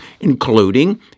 including